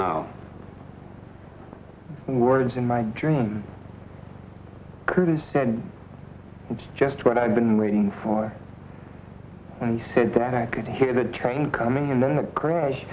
and words in my dream curtis said it's just what i've been waiting for and he said that i could hear the train coming and then the crash